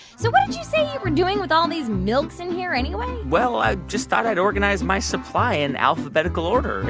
so what did you say you were doing with all these milks in here anyway? well, i just thought i'd organize my supply in alphabetical order.